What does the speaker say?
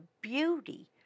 beauty